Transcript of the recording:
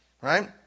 Right